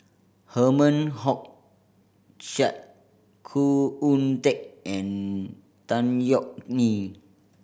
Herman Hochstadt Khoo Oon Teik and Tan Yeok Nee